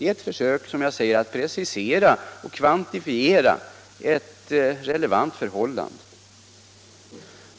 Vi har endast försökt att precisera och kvantifiera ett relevant förhållande.